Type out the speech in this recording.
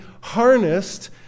harnessed